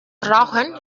rauchen